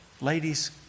ladies